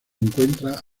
encuentra